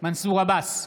מנסור עבאס,